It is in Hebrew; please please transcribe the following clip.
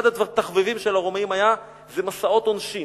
אחד התחביבים של הרומאים היה מסעות עונשין.